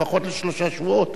לפחות לשלושה שבועות.